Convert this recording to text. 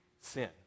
sin